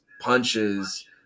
punches